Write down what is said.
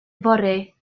yfory